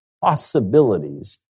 possibilities